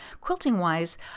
quilting-wise